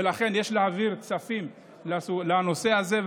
ולכן יש להעביר כספים לנושא הזה,